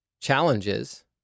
challenges